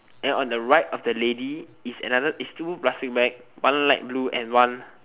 and on the right of the lady is another is two plastic bags one light blue and one